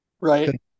Right